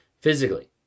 physically